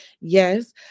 Yes